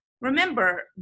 remember